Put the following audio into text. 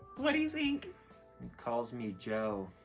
what do you think? it calls me joe.